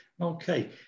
Okay